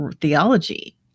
theology